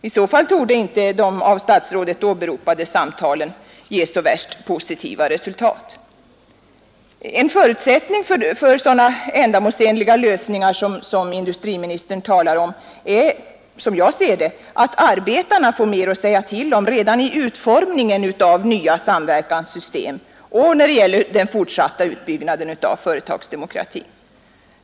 I så fall torde inte de av statsrådet åberopade samtalen ge så värst positiva resultat. En förutsättning för sådana ändamålsenliga lösningar som industriministern talar om är, som jag ser det, att arbetarna får mer att säga till om redan vid utformningen av nya samverkanssystem och när det gäller den fortsatta utbyggnaden av företagsdemokratin.